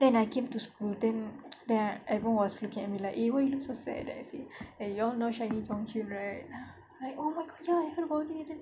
then I came to school then that everyone was looking at me like eh why you look so sad then I say eh you all know shinee jonghyun right like oh my god heard about it